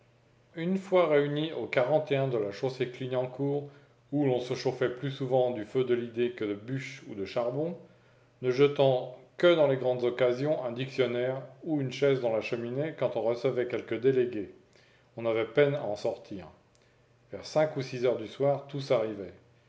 une fois réunis au de la chaussée clignancourt où l'on se chauffait plus souvent du feu de l'idée que de bûches ou de charbon ne jetant que dans les grandes occasions un dictionnaire ou une chaise dans la cheminée quand on recevait quelque délégué on avait peine à en sortir vers cinq ou six heures du soir tous